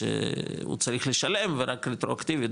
שהוא צריך לשלם ורק רטרואקטיבית,